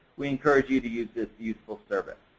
we encourage you to use this useful service.